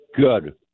Good